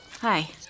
hi